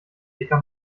dicker